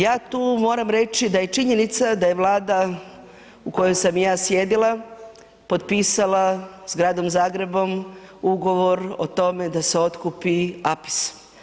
Ja tu moram reći da je činjenica da je Vlada u kojoj sam i ja sjedila potpisala s gradom Zagrebom ugovor o tome da se otkupi APIS.